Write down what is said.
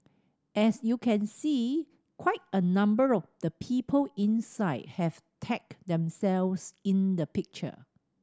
as you can see quite a number of the people inside have tagged themselves in the picture